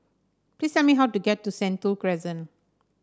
please tell me how to get to Sentul Crescent